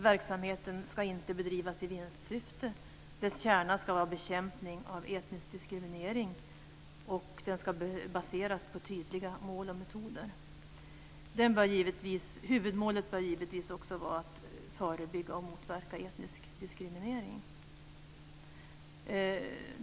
Verksamheten ska inte bedrivas i vinstsyfte, dess kärna ska vara bekämpning av etnisk diskriminering och den ska baseras på tydliga mål och metoder. Huvudmålet bör givetvis också vara att förebygga och motverka etnisk diskriminering.